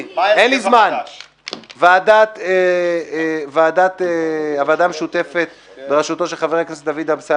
אין הרוויזיה על הרכב הוועדה שתדון בהצעת